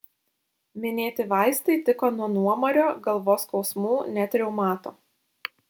minėti vaistai tiko nuo nuomario galvos skausmų net reumato